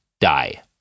die